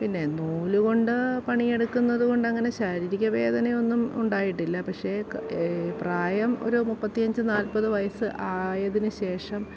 പിന്നെ നൂലു കൊണ്ട് പണിയെടുക്കുന്നത് കൊണ്ട് അങ്ങനെ ശാരീരിക വേദനയൊന്നും ഉണ്ടായിട്ടില്ല പക്ഷേ പ്രായം ഒരു മുപ്പത്തി അഞ്ച് നാൽപത് വയസ്സ് ആയതിന് ശേഷം